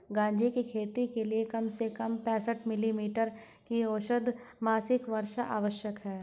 गांजे की खेती के लिए कम से कम पैंसठ मिली मीटर की औसत मासिक वर्षा आवश्यक है